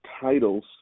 titles